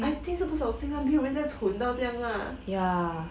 I think 是不小心 lah 没有人这样蠢到这样 lah